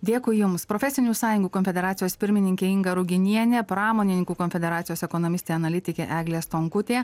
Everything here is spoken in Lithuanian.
dėkui jums profesinių sąjungų konfederacijos pirmininkė inga ruginienė pramonininkų konfederacijos ekonomistė analitikė eglė stonkutė